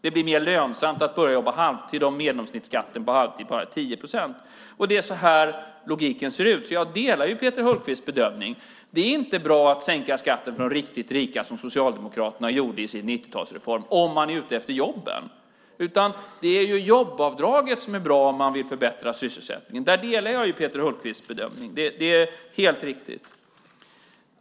Det blir mer lönsamt att börja jobba halvtid om genomsnittsskatten på halvtid bara är 10 procent. Det är så här logiken ser ut. Jag delar Peter Hultqvists bedömning. Det är inte bra att sänka skatten för de riktigt rika, som Socialdemokraterna gjorde i sin 90-talsreform, om man är ute efter jobben. Det är ju jobbavdraget som är bra om man vill förbättra sysselsättningen. Där delar jag Peter Hultqvists bedömning. Det är helt riktigt.